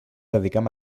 dediquem